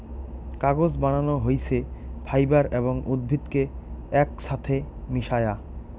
কাগজ বানানো হইছে ফাইবার এবং উদ্ভিদ কে একছাথে মিশায়া